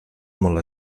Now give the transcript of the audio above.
molt